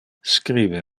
scribe